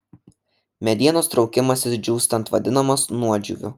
medienos traukimasis džiūstant vadinamas nuodžiūviu